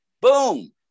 Boom